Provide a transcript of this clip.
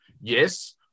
Yes